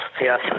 Yes